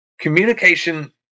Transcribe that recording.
communication